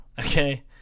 okay